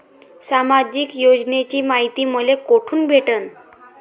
सामाजिक योजनेची मायती मले कोठून भेटनं?